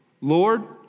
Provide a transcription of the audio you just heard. Lord